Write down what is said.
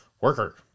worker